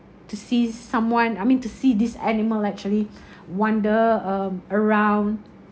to see someone I mean to see this animal actually wander um around